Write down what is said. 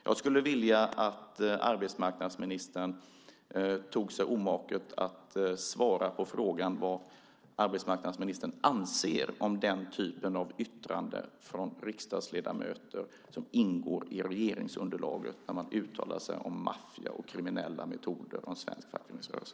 Jag skulle vilja att arbetsmarknadsministern gjorde sig omaket att svara på frågan vad arbetsmarknadsministern anser om den typen av yttranden från riksdagsledamöter som ingår i regeringsunderlaget när man uttalar sig om maffia och kriminella metoder från svensk fackföreningsrörelse.